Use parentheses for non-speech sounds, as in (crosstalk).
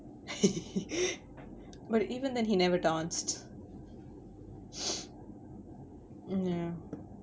(laughs) but even then he never danced (noise) ugh ya